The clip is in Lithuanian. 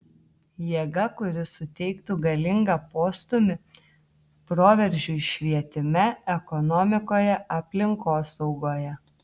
jėga kuri suteiktų galingą postūmį proveržiui švietime ekonomikoje aplinkosaugoje